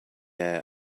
air